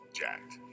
jacked